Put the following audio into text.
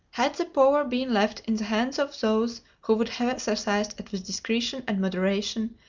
had the power been left in the hands of those who would have exercised it with discretion and moderation,